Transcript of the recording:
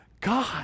God